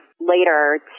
later